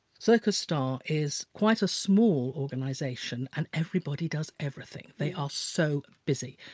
circus starr is quite a small organisation and everybody does everything. they are so busy.